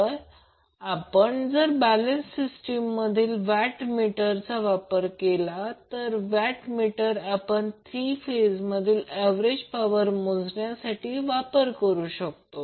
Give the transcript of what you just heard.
तर आपण जर बॅलेन्स सिस्टीमसाठी वॅट मीटर चा वापर केला वॅट मीटर आपण तीन फेज मधील ऍव्हरेज पॉवर मोजण्यासाठी वापरू शकतो